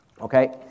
okay